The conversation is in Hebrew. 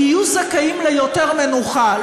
יהיו זכאים ליותר מנוחה,